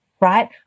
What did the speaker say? Right